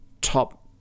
top